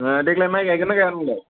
देग्लाय माइ गाइगोन ना गाइआ नोंलाय